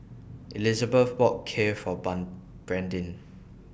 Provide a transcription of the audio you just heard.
Elisabeth bought Kheer For Brandyn